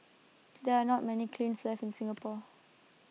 there are not many kilns left in Singapore